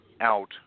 out